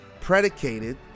predicated